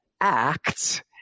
act